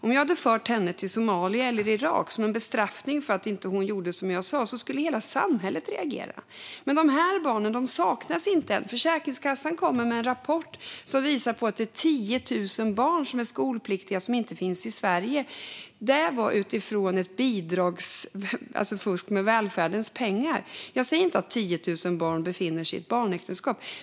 Om jag hade fört henne till Somalia eller Irak som bestraffning för att hon inte gjorde som jag sa skulle hela samhället reagera. Men de här barnen saknas inte. Försäkringskassan kom med en rapport som visar på att det är 10 000 barn som är skolpliktiga som inte finns i Sverige. Det var utifrån att man tittade på fusk med välfärdens pengar. Jag säger inte att 10 000 barn befinner sig i ett barnäktenskap.